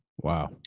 Wow